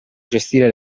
gestire